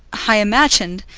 i imagined,